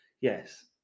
Yes